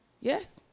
yes